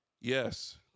Yes